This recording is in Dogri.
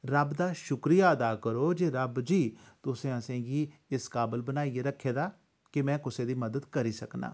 रब दा शुक्रिया अदा करो जे रब जी तुसें असें गी इस काबल बनाइयै रक्खे दा कि में कुसे दी मदद करी सकना